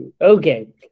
okay